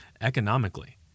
economically